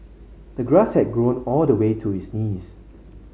the grass had grown all the way to his knees